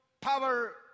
power